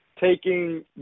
taking